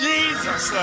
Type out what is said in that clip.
Jesus